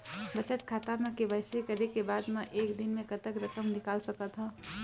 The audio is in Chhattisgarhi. बचत खाता म के.वाई.सी करे के बाद म एक दिन म कतेक रकम निकाल सकत हव?